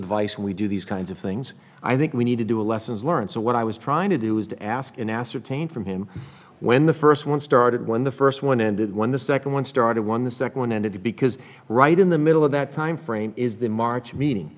advice we do these kinds of things i think we need to do a lessons learned so what i was trying to do was ask in ascertain from him when the first one started when the first one ended when the second one started one the second one ended because right in the middle of that timeframe is the march meeting